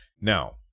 Now